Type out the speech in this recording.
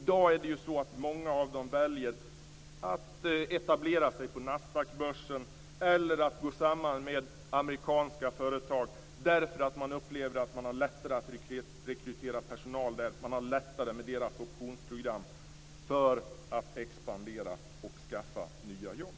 dag väljer många av dem att etablera sig på Nasdaqbörsen eller att gå samman med amerikanska företag, därför att man upplever att man har lättare att rekrytera personal i USA och att det med de amerikanska företagens optionsprogram går lättare att expandera och skaffa nya jobb.